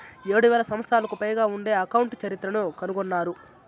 ఏడు వేల సంవత్సరాలకు పైగా ఉండే అకౌంట్ చరిత్రను కనుగొన్నారు